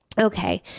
Okay